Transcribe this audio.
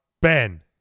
Ben